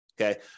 okay